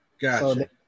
Gotcha